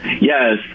Yes